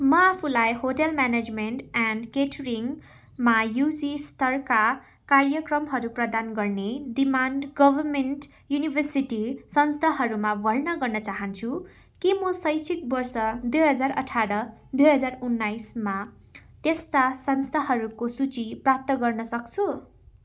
म आफुलाई hotel management and केटरिङमा युजी स्तरका कार्यक्रमहरू प्रदान गर्ने डिमान्ड गभर्नमेन्ट युनिर्भसिटी संस्थाहरूमा भर्ना गर्न चाहन्छु के म शैक्षिक वर्ष दुई हजार अठार दुई हजार उन्नाइसमा त्यस्ता संस्थाहरूको सूची प्राप्त गर्न सक्छु